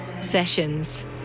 Sessions